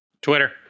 Twitter